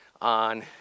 on